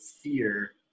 fear